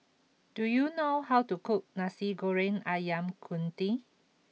do you know how to cook Nasi Goreng Ayam Kunyit